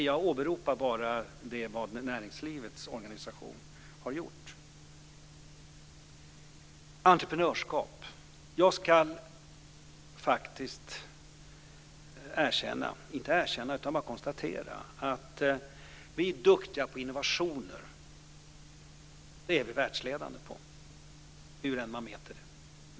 Jag åberopar bara det som näringslivets egen organisation har kommit fram till. Vad beträffar entreprenörskap ska jag konstatera att vi är duktiga på innovationer. Vi är världsledande på sådana, hur än man mäter.